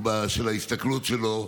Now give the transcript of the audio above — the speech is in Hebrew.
של ההסתכלות שלו,